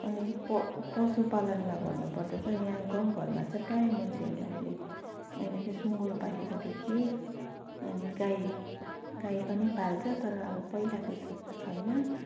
अनि प पशुपालनलाई भन्नु पर्दा यहाँ गाउँ घरमा चाहिँ प्रायः मान्छेहरूले मैले अहिले चाहिँ सुँगुर पालेको देखेँ अनि गाई गाई पनि पाल्छ तर अब पहिलाको जस्तो त छैन